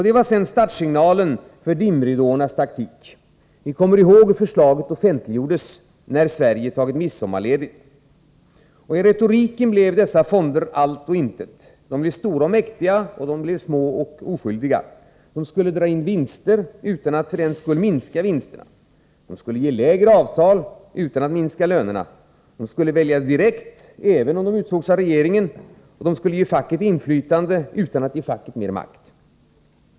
Det var sedan startsignalen för dimridåernas taktik. Vi kommer ihåg hur förslaget offentliggjordes när Sverige hade tagit midsommarledigt. I retoriken blev dessa fonder allt och intet. De blev stora och mäktiga, och de blev små och oskyldiga. De skulle dra in vinster utan att för den skull minska dem. De skulle ge lägre avtal utan att minska lönerna. De skulle väljas direkt även om de utsågs av regeringen. Och de skulle ge facket inflytande utan att ge facket mer makt.